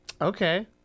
Okay